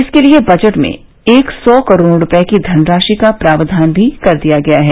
इसके लिए बजट में एक सौ करोड़ रूपए की धनराशि का प्रावधान भी कर दिया गया है